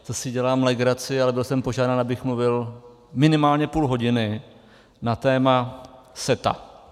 To si dělám legraci, ale byl jsem požádán, abych mluvil minimálně půl hodiny na téma CETA.